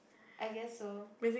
I guess so